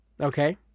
okay